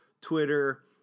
Twitter